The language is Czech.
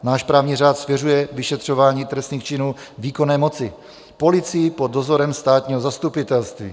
Náš právní řád svěřuje vyšetřování trestných činů výkonné moci, policii pod dozorem státního zastupitelství.